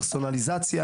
פרסונליזציה,